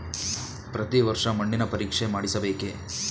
ಪ್ರತಿ ವರ್ಷ ಮಣ್ಣಿನ ಪರೀಕ್ಷೆ ಮಾಡಿಸಬೇಕೇ?